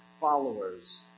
followers